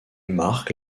marque